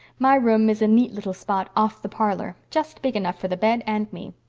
my room is a neat little spot off the parlor' just big enough for the bed and me.